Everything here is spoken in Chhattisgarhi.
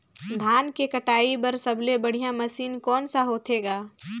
धान के कटाई बर सबले बढ़िया मशीन कोन सा होथे ग?